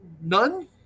none